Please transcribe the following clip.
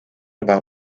about